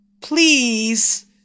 Please